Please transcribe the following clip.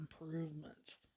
improvements